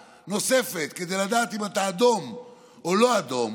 נוספת כדי לדעת אם אתה אדום או לא אדום.